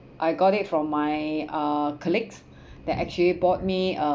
I got it from my uh colleagues that actually bought me uh